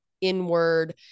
inward